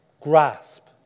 grasp